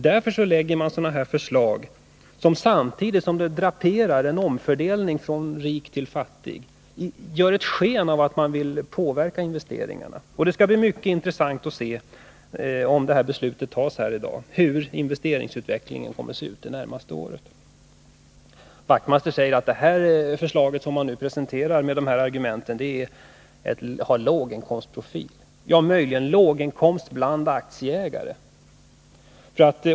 Därför lägger den fram sådana här förslag som — samtidigt som det garanterar en omfördelning från rik till fattig — gör sken av att regeringen vill påverka investeringarna. Om beslutet tas i dag skall det bli mycket intressant att se hur investeringsutvecklingen kommer att se ut det närmaste året. Knut Wachtmeister säger att det förslag som regeringen presenterar med de här argumenten har låginkomstprofil. Ja — möjligen låga inkomster bland aktieägare.